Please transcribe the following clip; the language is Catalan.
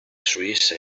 suïssa